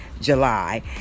July